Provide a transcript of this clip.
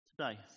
today